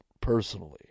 personally